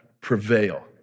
prevail